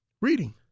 reading